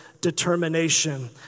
determination